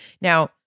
Now